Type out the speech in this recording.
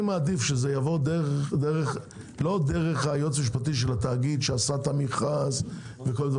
אני מעדיף שזה יבוא לא דרך היועץ המשפטי של התאגיד שעשה את המכרז וכו'.